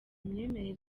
imyemerere